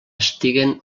estiguen